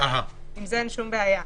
עם זה אין בעיה.